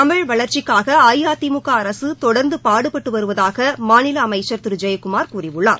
தமிழ் வளர்ச்சிக்காக அஇஅதிமுக அரசு தொடர்ந்து பாடுபட்டு வருவதாக மாநில அமைச்சர் திரு ஜெயக்குமார் கூறியுள்ளார்